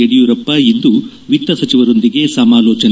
ಯಡಿಯೂರಪ್ಪ ಇಂದು ವಿತ್ತ ಸಚಿವರೊಂದಿಗೆ ಸಮಾಲೋಚನೆ